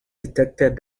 detected